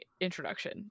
introduction